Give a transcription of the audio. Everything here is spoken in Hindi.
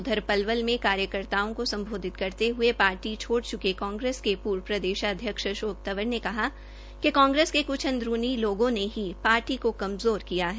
उधर पलवल में कार्यकर्ताओं को सम्बोधित करते हये पार्टी छोड चुके कांग्रेस के पूर्व प्रदेशाध्यक्ष अशोक तंवर ने कहा कि कांग्रेस के कुछ अदंरूनी लोगों ने ही पार्टी को कमज़ोर किया है